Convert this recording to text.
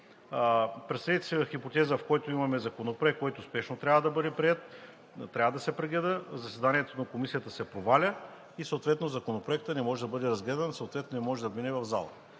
Представете си хипотеза, в която имаме законопроект, който спешно трябва да бъде приет, трябва да се прегледа. Заседанието на комисията се проваля и съответно законопроектът не може да бъде разгледан, съответно не може да мине в залата.